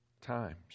times